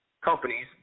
companies